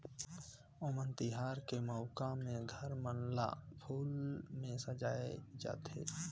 ओनम तिहार के मउका में घर मन ल फूल में सजाए जाथे